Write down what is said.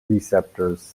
receptors